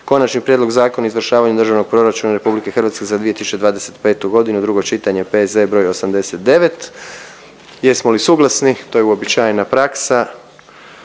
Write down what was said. Konačni prijedlog Zakona o izvršavanju Državnog proračuna Republike Hrvatske za 2025. godinu, drugo čitanje, P.Z. br. 89 Jesmo li suglasni? To je uobičajena praksa.